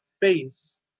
face